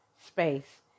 space